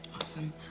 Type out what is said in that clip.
Awesome